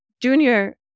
junior